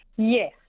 Yes